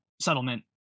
settlement